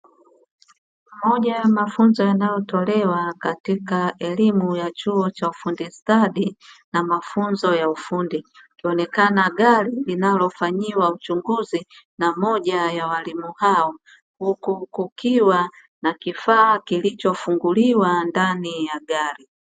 Moja ya mafunzo yanayotolewa katika elimu ya chuo cha ufundi stadi na mafunzo ya ufundi, likionekana gari linalofanyiwa uchunguzi na moja ya walimu hao huku kukiwa na kifaa kilichofunguliwa ndani ya gari.